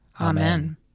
Amen